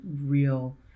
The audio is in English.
real